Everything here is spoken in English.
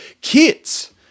kids